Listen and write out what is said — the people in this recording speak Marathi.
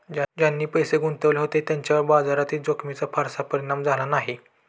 ज्यांनी पैसे गुंतवले होते त्यांच्यावर बाजारातील जोखमीचा फारसा परिणाम झाला नाही